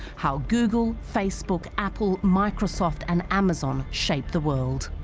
how google facebook apple microsoft and amazon shaped the world